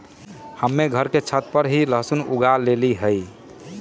हम्मे घर के छत पर ही लहसुन उगा लेली हैं